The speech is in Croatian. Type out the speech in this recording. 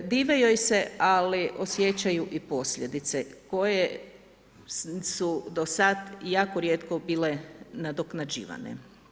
Dive joj se ali osjećaju i posljedice koje su do sad jako rijetko bile nadoknađivane.